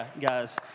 guys